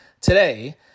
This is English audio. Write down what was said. today